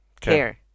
care